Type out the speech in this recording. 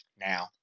now